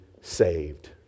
saved